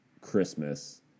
Christmas